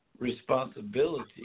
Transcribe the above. Responsibility